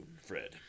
Fred